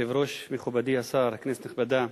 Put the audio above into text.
כבוד היושב-ראש, מכובדי השר, כנסת נכבדה,